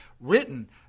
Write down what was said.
written